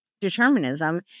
determinism